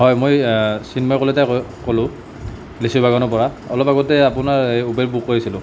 হয় মই চিন্ময় কলিতাই ক'লোঁ লিচিবাগানৰ পৰা অলপ আগতে আপোনাৰ এই উবেৰ বুক কৰিছিলোঁ